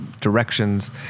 Directions